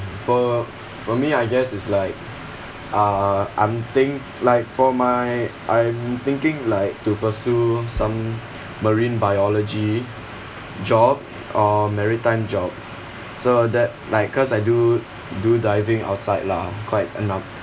for for me I guess is like uh I'm think~ like for my I'm thinking like to pursue some marine biology job or maritime job so that like cause I do do diving outside lah quite a